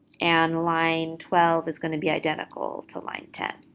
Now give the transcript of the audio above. and line twelve is going to be identical to line ten.